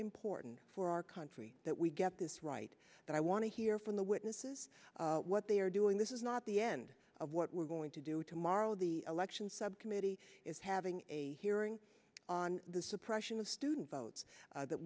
important for our country that we get this right but i want to hear from the witnesses what they are doing this is not the end of what we're going to do tomorrow the election subcommittee is having a hearing on the suppression of student votes that